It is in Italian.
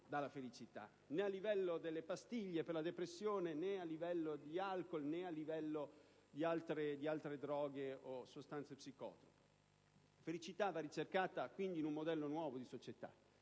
dà la felicità, né sotto forma di pastiglie per la depressione, né sotto forma di alcool o di altre droghe o sostanze psicotrope. La felicità va ricercata quindi in un modello nuovo di società.